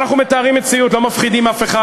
אנחנו מתארים מציאות, לא מפחידים אף אחד.